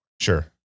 Sure